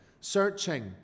searching